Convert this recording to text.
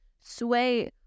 sway